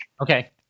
okay